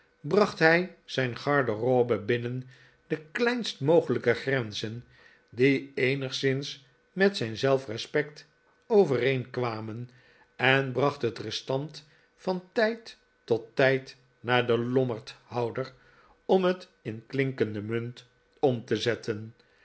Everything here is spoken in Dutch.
bracht hij zijn garderobe binnen de kleinst mogelijke grenzen die eenigszins met zijn zelfrespect overeenkwamen en bracht het restant van tijd tot tijd naar den lommerdhouder om het in klinkende munt om te zetten